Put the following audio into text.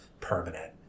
permanent